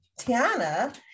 Tiana